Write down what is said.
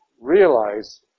realize